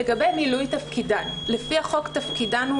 לגבי מילוי תפקידן לפי החוק תפקידן הוא